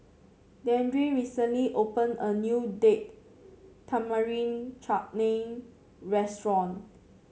Dandre recently opened a new Date Tamarind Chutney Restaurant